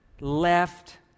left